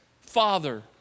father